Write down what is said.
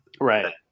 Right